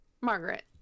Margaret